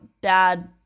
bad